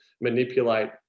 manipulate